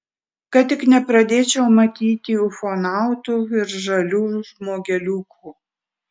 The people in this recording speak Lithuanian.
kad tik nepradėčiau matyti ufonautų ir žalių žmogeliukų